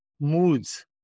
moods